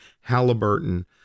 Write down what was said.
Halliburton